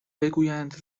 بگویند